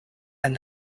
and